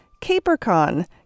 CaperCon